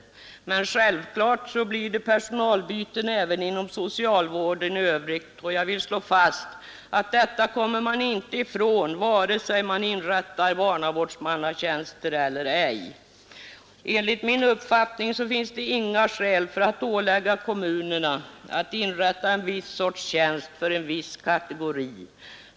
Men självfallet blir det personalbyte även inom socialvården i övrigt, och jag vill slå fast att man inte kommer ifrån det, vare sig man inrättar barnavårdsmannatjänster eller ej. Enligt min uppfattning finns det inga skäl att ålägga kommunerna att inrätta en viss sorts tjänst för en viss kategori.